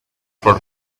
for